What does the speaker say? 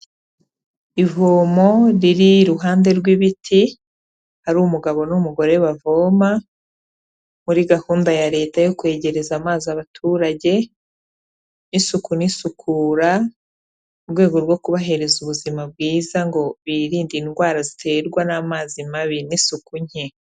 Ivomo riri iruhande rw'ibiti, hari umugabo n'umugore bavoma, muri gahunda ya leta yo kwegereza amazi abaturage, n'isuku n'isukura, mu rwego rwo kubahereza ubuzima bwiza, ngo birinde indwara ziterwa n'amazi mabi, n'isuku nke.